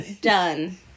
done